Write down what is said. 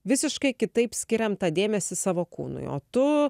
visiškai kitaip skiriam tą dėmesį savo kūnui o tu